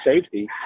safety